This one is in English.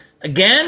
Again